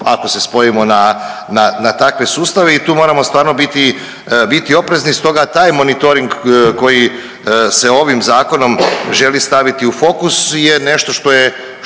ako se spojimo na takve sustave i tu moramo stvarno biti oprezni, stoga taj monitoring koji se ovim Zakonom želi staviti u fokus je nešto što je